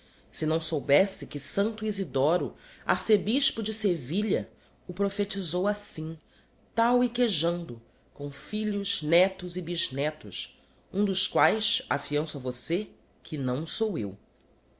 se não soubesse que santo isidoro arcebispo de sevilha o prophetisou assim tal e quejando com filhos netos e bisnetos um dos quaes afianço a vossê que não sou eu